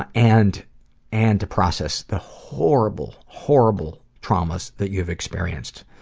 ah and and to process the horrible, horrible traumas that you've experienced.